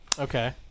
Okay